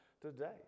today